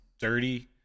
dirty